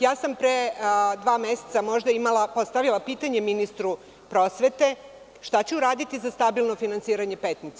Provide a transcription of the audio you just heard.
Ja sam pre dva meseca postavila pitanje ministru prosvete šta će uraditi za stabilno finansiranje Petnice?